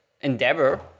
endeavor